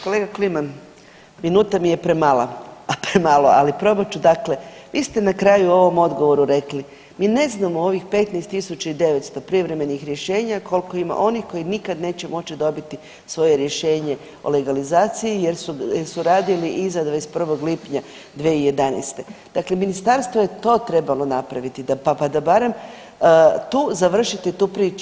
Kolega Kliman, minuta mi je premalo, ali probat ću, dakle vi ste na kraju u ovom odgovoru rekli, mi ne znamo u ovih 15.900 privremenih rješenja koliko ima onih koji nikad neće moći dobiti svoje rješenje o legalizaciji jer su radili iza 21.lipnja 2011., dakle ministarstvo je to trebalo napraviti pa da barem tu završite tu priču.